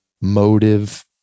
motive